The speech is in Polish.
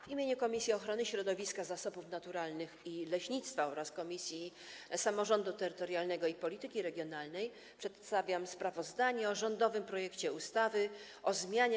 W imieniu Komisji Ochrony Środowiska, Zasobów Naturalnych i Leśnictwa oraz Komisji Samorządu Terytorialnego i Polityki Regionalnej przedstawiam sprawozdanie o rządowym projekcie ustawy o zmianie